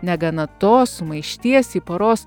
negana to sumaišties į poros